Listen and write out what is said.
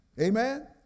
Amen